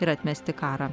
ir atmesti karą